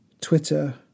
Twitter